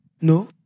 No